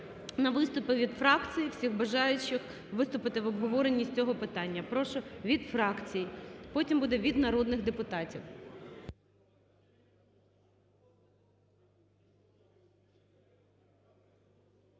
на виступи від фракцій всіх бажаючих вступити в обговоренні з цього питання, прошу – від фракцій, потім буде – від народних депутатів.